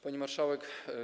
Pani Marszałek!